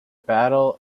battle